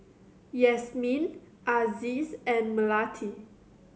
Yasmin Aziz and Melati